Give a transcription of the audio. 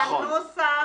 הנוסח